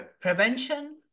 prevention